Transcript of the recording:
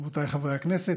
רבותיי חברי הכנסת,